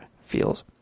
feels